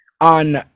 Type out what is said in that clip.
on